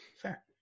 fair